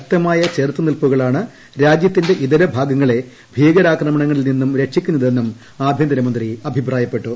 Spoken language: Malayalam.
ശക്തമായ ചെറുത്തുനില്പുകളാണ് രാജ്യത്തിന്റെ ഇതരഭാഗങ്ങളെ ഭീകരാക്രണങ്ങളിൽ നിന്നും രക്ഷിക്കുന്നതെന്ന ആഭ്യന്തരമന്ത്രി അഭിപ്രായപ്പെട്ടു